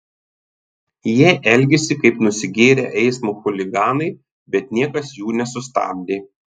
jie elgėsi kaip nusigėrę eismo chuliganai bet niekas jų nesustabdė